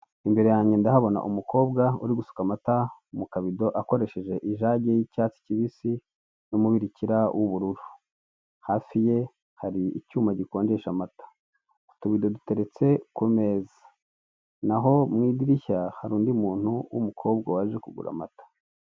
Imbere yanjye ndahabona umukobwa uri gusuka amata mu kabido akoresheje ijage y'icyatsi kibisi, n'umubirikira w'ubururu, hafi ye hari icyuma gikonjesha amata, utubido duteretse ku meza naho mu idirishya hari muntu w'umukobwa waje kugura amata.